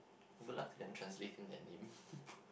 good luck to them translating that name